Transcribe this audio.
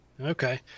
Okay